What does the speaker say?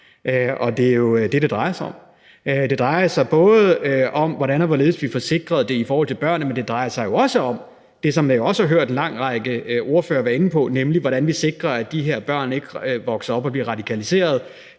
og det er jo det, det drejer sig om. Det drejer sig både om, hvordan og hvorledes vi får det sikret i forhold til børnene, men det drejer sig jo også om det, som jeg også har hørt en lang ordførere være inde på, nemlig hvordan vi sikrer, at de her børn ikke vokser op og bliver radikaliseret